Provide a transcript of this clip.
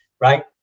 right